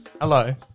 Hello